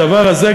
הדבר הזה,